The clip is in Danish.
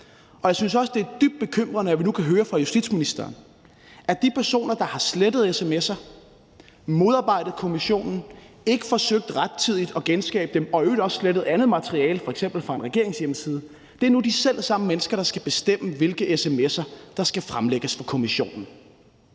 sag. Jeg synes også, det er dybt bekymrende, at vi nu kan høre fra justitsministeren, at de personer, der har slettet sms'er og modarbejdet kommissionen, ikke rettidigt forsøgte at genskabe dem, og i øvrigt også slettede andet materiale, f.eks. fra en regeringshjemmeside, nu er de selv samme mennesker, der skal bestemme, hvilke sms'er der skal fremlægges for kommissionen.